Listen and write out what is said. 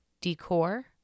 decor